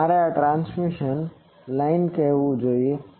આ મારે transmission line કહેવું જોઈએ